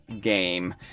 game